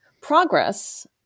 progress